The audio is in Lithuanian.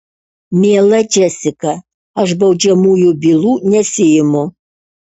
miela džesika aš baudžiamųjų bylų nesiimu